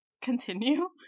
Continue